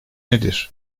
nedir